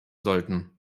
sollten